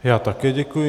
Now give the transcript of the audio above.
Já také děkuji.